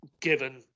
given